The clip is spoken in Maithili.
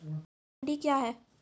मंडी क्या हैं?